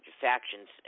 factions